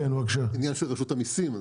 זה עניין של רשות המיסים,